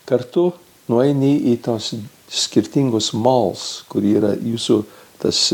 kartu nueini į tuos skirtingus mals kur yra jūsų tas